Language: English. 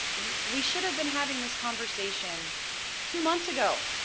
we should've been having this conversation two months ago.